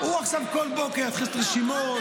הוא עכשיו כל בוקר יתחיל לעשות רשימות?